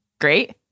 Great